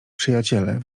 przyjaciele